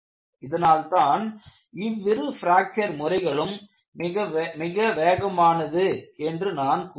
இதனால்தான் இவ்விரு பிராக்சர் முறைகளும் மிக வேகமானது என்று நான் கூறினேன்